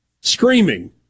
screaming